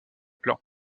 plans